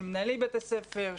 של מנהלי בתי הספר,